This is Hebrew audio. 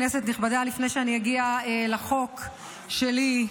כנסת נכבדה, לפני שאגיע לחוק שלי,